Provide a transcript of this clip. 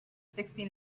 sixty